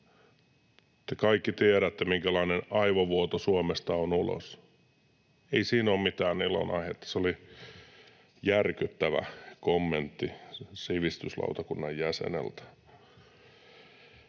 Te kaikki tiedätte, minkälainen aivovuoto Suomesta on ulos. Ei siinä ole mitään ilonaihetta. Se oli järkyttävä kommentti sivistyslautakunnan jäseneltä.